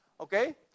Okay